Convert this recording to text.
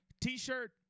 t-shirt